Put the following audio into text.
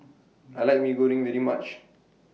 I like Mee Goreng very much